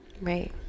Right